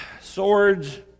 swords